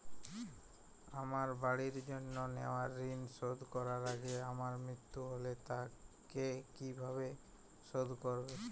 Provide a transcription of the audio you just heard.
আমার বাড়ির জন্য নেওয়া ঋণ শোধ করার আগে আমার মৃত্যু হলে তা কে কিভাবে শোধ করবে?